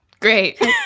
Great